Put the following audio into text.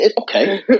okay